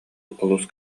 олус